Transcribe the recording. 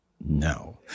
No